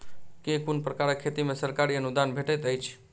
केँ कुन प्रकारक खेती मे सरकारी अनुदान भेटैत अछि?